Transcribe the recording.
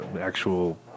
actual